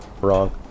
wrong